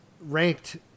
ranked